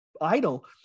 idle